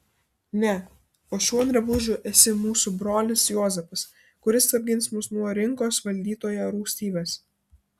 ne po šiuo drabužiu esi mūsų brolis juozapas kuris apgins mus nuo rinkos valdytojo rūstybės